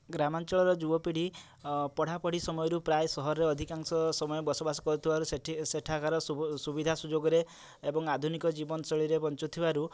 ଗ୍ରାମାଞ୍ଚଳ ର ଯୁବ ପିଢ଼ି ପଢ଼ା ପଢ଼ି ସମୟରୁ ପ୍ରାୟ ସହର ରେ ଅଧିକାଂଶ ସମୟ ବାସ ବସ କରୁଥିବାରୁ ସେଇଠି ସେଠାକାର ସୁବିଧା ସୁଯୋଗ ରେ ଏବଂ ଆଧୁନିକ ଜୀବନ ଶୈଳୀ ରେ ବଞ୍ଚୁ ଥିବାରୁ